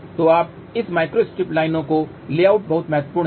तो अब इन माइक्रोस्ट्रिप लाइनों का लेआउट बहुत महत्वपूर्ण है